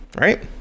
right